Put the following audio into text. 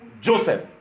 Joseph